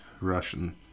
Russian